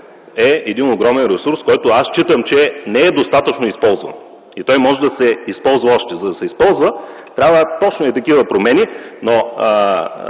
е един огромен ресурс, който аз считам, че не е достатъчно използван и може да се използва още. За да се използва, трябват точно такива промени, но